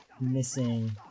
missing